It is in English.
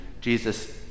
Jesus